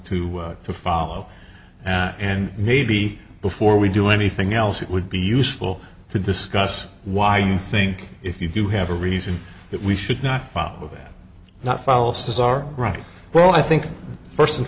to follow and maybe before we do anything else it would be useful to discuss why you think if you do have a reason that we should not follow that not follow says our right well i think first and